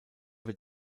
wird